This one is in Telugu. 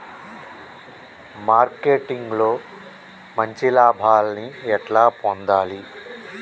మార్కెటింగ్ లో మంచి లాభాల్ని ఎట్లా పొందాలి?